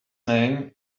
name